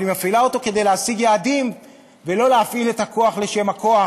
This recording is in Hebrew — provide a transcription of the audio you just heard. אבל היא מפעילה אותו כדי להשיג יעדים ולא להפעיל את הכוח לשם הכוח,